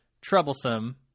troublesome